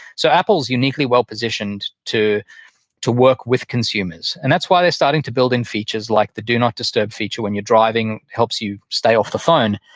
so apple's uniquely well-positioned to to work with consumers. and that's why they're starting to build in features like the do not disturb feature, when you're driving, helps you stay off the phone.